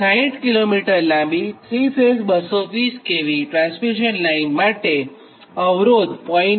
60 km લાંબી 3 ફેઝ220 kV transmission line માટે અવરોધ 0